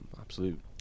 absolute